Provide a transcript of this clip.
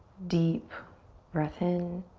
deep breath in.